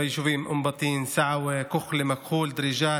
ביישובים אום בטין, סעווה, כחלה, מכחול, דריג'את.